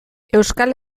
euskal